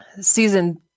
Season